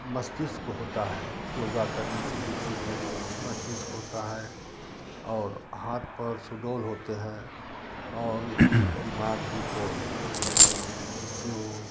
मस्तिस्क होता है योगा करने से विकसित मस मस्तिस्क होता है और हाथ पैर सुडौल होता है और उनका दिमाग भी प्रौढ़ होता है जिससे वह